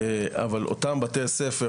אבל אותם בתי ספר,